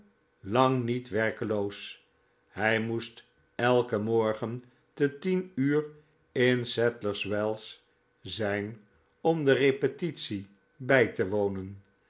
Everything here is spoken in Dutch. lang niet werkeloos hij moest elken morgen te tienuurin sadlers wells zijn om de repetitic bij te wonen